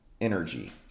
energy